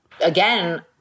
again—